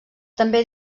també